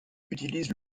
utilise